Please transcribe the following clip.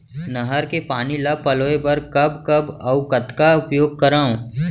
नहर के पानी ल पलोय बर कब कब अऊ कतका उपयोग करंव?